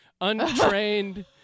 untrained